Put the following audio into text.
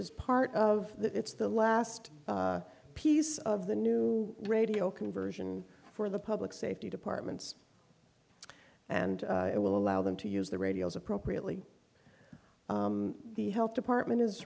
is part of that it's the last piece of the new radio conversion for the public safety departments and it will allow them to use their radios appropriately the health department is